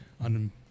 on